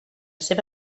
seva